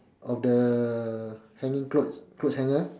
of the hanging clothes clothes hanger